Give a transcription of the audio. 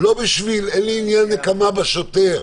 אין לי עניין נקמה בשוטר,